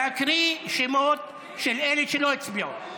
נא להקריא את שמותיהם של אלה שלא הצביעו.